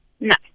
No